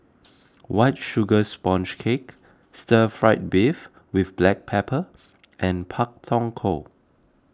White Sugar Sponge Cake Stir Fried Beef with Black Pepper and Pak Thong Ko